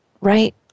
right